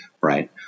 right